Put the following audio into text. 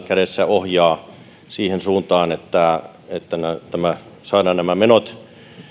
kädessä ohjaa siihen suuntaan että että saadaan nämä menot